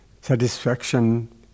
satisfaction